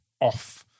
off